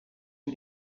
een